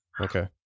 Okay